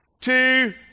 two